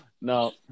No